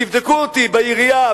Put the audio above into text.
תבדקו אותי בעירייה,